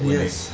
Yes